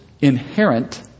inherent